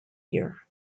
year